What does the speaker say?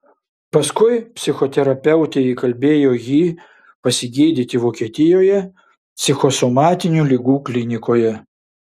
paskui psichoterapeutė įkalbėjo jį pasigydyti vokietijoje psichosomatinių ligų klinikoje